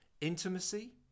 intimacy